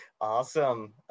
Awesome